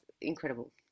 incredible